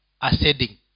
ascending